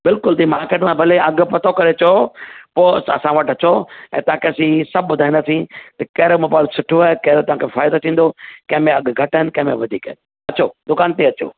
बिल्कुलु ते मार्किट में भले अघु पतो करे अचो पोइ असां वटि अचो ऐं तव्हांखे असां सभु ॿुधाईंदासीं की कहिड़ो मोबाइल सुठो आहे कहिड़ो तव्हांखे फ़ाइदो थींदो कंहिंमें अघु घटि आहिनि कंहिंमें अघु वधीक आहिनि अचो दुकान ते अचो